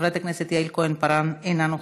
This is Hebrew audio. חברת הכנסת יעל כהן-פארן, אינה נוכחת,